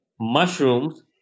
Mushrooms